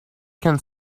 can